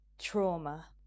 trauma